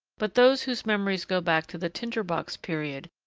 but those whose memories go back to the tinder-box period,